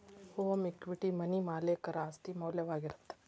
home equity money ಮಾಲೇಕರ ಆಸ್ತಿ ಮೌಲ್ಯವಾಗಿರತ್ತ